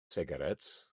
sigaréts